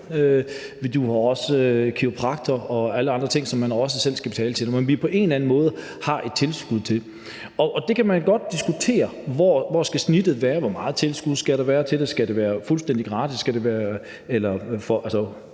vi har også kiropraktorer og alle andre ting, som man også selv skal betale til, men som vi på en eller anden måde har et tilskud til. Vi kan godt diskutere, hvor snittet skal være. Hvor meget tilskud skal der være til det? Skal det være fuldstændig gratis,